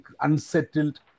unsettled